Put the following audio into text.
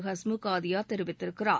ஹஸ்முக் ஆதியா தெரிவித்திருக்கிறார்